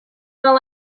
will